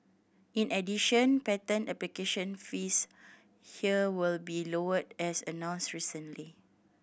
in addition patent application fees here will be lowered as announced recently